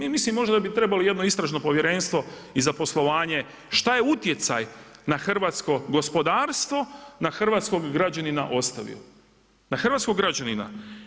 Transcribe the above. I mi mislimo možda da bi trebalo jedno Istražno povjerenstvo i za poslovanje šta je utjecaj na hrvatsko gospodarstvo, na hrvatskog građanina ostavio, na hrvatskog građanina.